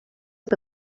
que